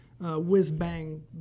whiz-bang